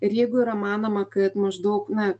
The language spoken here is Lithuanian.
ir jeigu yra manoma kad maždaug na